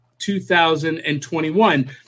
2021